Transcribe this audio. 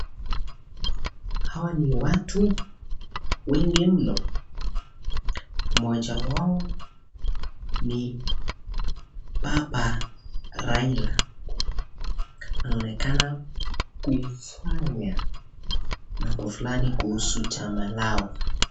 Hawa ni watu wengi mno, mmoja wao ni baba Raila anaonekana kuifanya mambo fulani kuhusu chama lao.